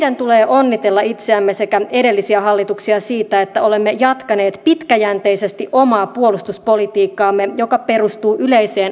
meidän tulee onnitella itseämme sekä edellisiä hallituksia siitä että olemme jatkaneet pitkäjänteisesti omaa puolustuspolitiikkaamme joka perustuu yleiseen asevelvollisuuteen